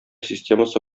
системасы